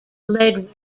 lead